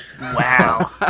Wow